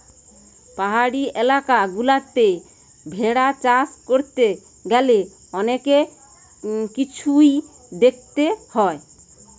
পাহাড়ি এলাকা গুলাতে ভেড়া চাষ করতে গ্যালে অনেক কিছুই দেখতে হয়